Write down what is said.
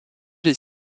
est